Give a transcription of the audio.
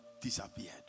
disappeared